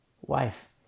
Wife